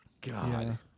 God